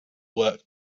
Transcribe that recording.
work